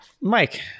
mike